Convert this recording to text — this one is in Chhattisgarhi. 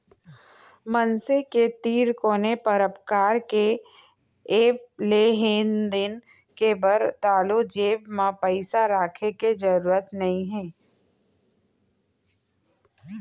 मनसे के तीर कोनो परकार के ऐप हे लेन देन बर ताहाँले जेब म पइसा राखे के जरूरत नइ हे